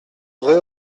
rue